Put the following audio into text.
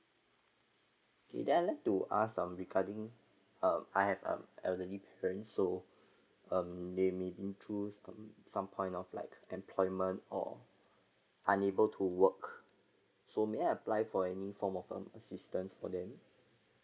okay then I would like to ask um regarding uh I have um elderly parents so um they may be in through some point of like employment or unable to work so may I apply for any form of um assistance for them